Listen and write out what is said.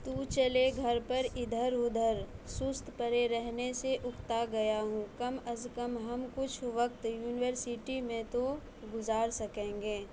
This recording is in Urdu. تو چلے گھر پر ادھر ادھر سست پڑے رہنے سے اکتا گیا ہوں کم از کم ہم کچھ وقت یونیورسٹی میں تو گزار سکیں گے